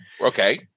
Okay